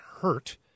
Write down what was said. hurt